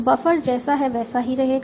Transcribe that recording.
buffer जैसा है वैसा ही रहेगा